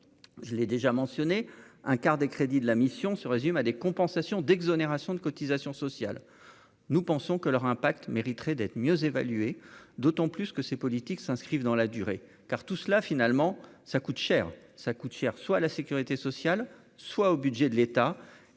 je l'ai déjà mentionné un quart des crédits de la mission se résume à des compensations d'exonérations de cotisations sociales, nous pensons que leur impact mériterait d'être mieux évaluer d'autant plus que ces politiques s'inscrivent dans la durée car tout cela, finalement, ça coûte cher, ça coûte cher, soit la sécurité sociale soit au budget de l'État